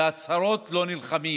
לא נלחמים